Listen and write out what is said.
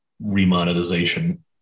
Remonetization